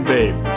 Babe